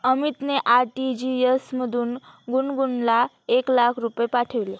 अमितने आर.टी.जी.एस मधून गुणगुनला एक लाख रुपये पाठविले